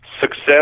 success